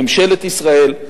ממשלת ישראל,